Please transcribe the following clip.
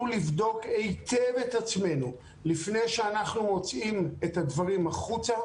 לבדוק היטב את עצמנו לפני שאנחנו מוציאים את הדברים החוצה,